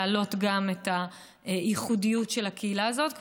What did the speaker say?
להעלות גם את הייחודיות של הקהילה הזאת,